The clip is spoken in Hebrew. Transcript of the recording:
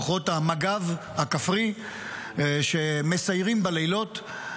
כוחות המג"ב הכפרי שמסיירים בלילות.